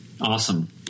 Awesome